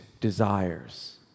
desires